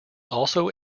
also